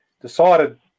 decided